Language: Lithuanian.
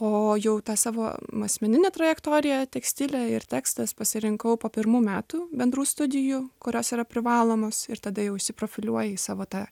o jau tą savo asmeninę trajektoriją tekstilę ir tekstas pasirinkau po pirmų metų bendrų studijų kurios yra privalomos ir tada jau įsiprofiliuoji į savo tą